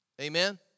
Amen